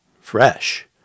fresh